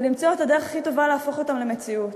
ולמצוא את הדרך הכי טובה להפוך אותם למציאות.